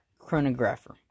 Chronographer